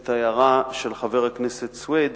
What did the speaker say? את ההערה של חבר הכנסת סוייד,